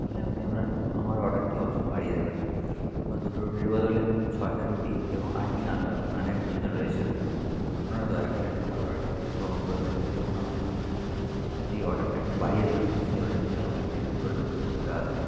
তাহলে আপনি আপনার আমার অর্ডারটি অবশ্যই বাড়িয়ে দেবেন আমার দুটো রুটির বদলে ছয়টা রুটি এবং আটটি নান লাগ নানের প্রয়োজন রয়েছে আপনারা দয়া করে আমার অর্ডারটিকে গ্রহণ করবেন এবং আমাকে যে অর্ডারটা এখন বাড়িয়ে দিলাম সেই অর্ডারটিকে আমাকে ডেলিভারি করবেন তাড়াতাড়ি